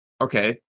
okay